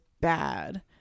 bad